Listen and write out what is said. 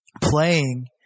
playing